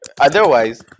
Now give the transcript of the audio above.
Otherwise